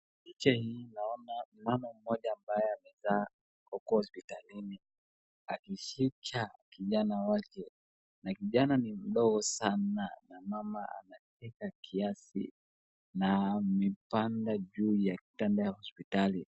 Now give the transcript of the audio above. Picha hii naona mama mmoja ambaye amezaa huko hospitalini, akishika kijana wake, na kijana ni mdogo sana na mama anacheka kiasi na amepanda juu ya kitanda ya hospitali.